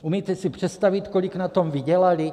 Umíte si představit, kolik na tom vydělali?